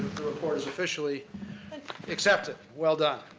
the report is officially and accepted. well done.